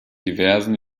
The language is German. diversen